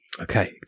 Okay